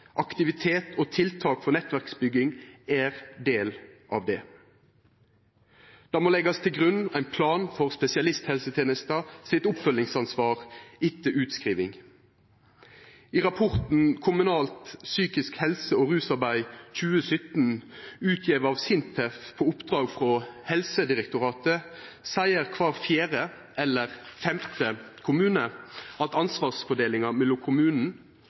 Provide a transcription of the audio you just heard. aktivitet og tiltak for nettverksbygging er del av det. Det må legges til grunn en plan for spesialisthelsetjenestens oppfølgingsansvar etter utskriving. I rapporten Kommunalt psykisk helse- og rusarbeid 2017, utgitt av SINTEF på oppdrag fra Helsedirektoratet, sier hver fjerde eller femte kommune at ansvarsfordelingen mellom kommunen